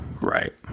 right